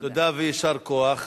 תודה ויישר כוח.